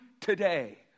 today